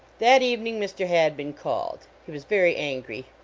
that evening mr. hadbin called. he was very angry.